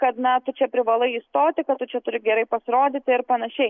kad na tu čia privalai įstoti kad tu čia turi gerai pasirodyti ir panašiai